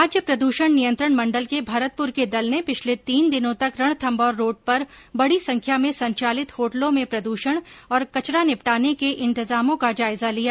राज्य प्रदूषण नियंत्रण मंडल के भरतपुर के दल ने पिछले तीन दिनों तक रणथम्भौर रोड पर बडी संख्या में संचालित होटलों में प्रद्षण और कंचरा निपटाने के इंतजामों का जायजा लिया